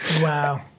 Wow